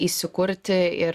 įsikurti ir